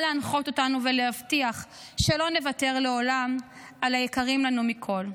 להנחות אותנו ולהבטיח שלא נוותר לעולם על היקרים לנו מכול.